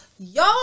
Y'all